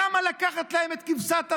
למה לקחת להם את כבשת הרש?